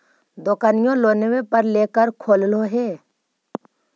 दोकनिओ लोनवे पर लेकर खोललहो हे?